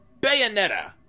Bayonetta